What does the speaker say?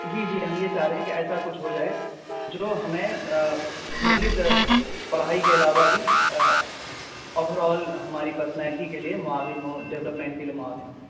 جی جی ہم یہ چاہ رہے ہیں کہ ایسا کچھ ہو جائے جو ہمیں مزید پڑھائی کے علاوہ بھی اوبھر آل ہماری پرسنالٹی کے لیے معاون ہو ڈیولپمنٹ کے لیے معاون ہو